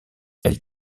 elle